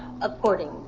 according